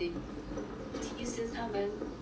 其实他们